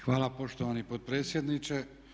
Hvala poštovani potpredsjedniče.